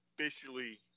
officially